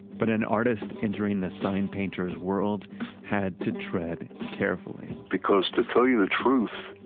but an artist entering the sign painter's world had to tread carefully because to tell you the truth,